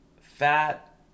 fat